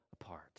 apart